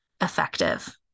effective